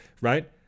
right